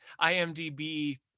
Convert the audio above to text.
IMDb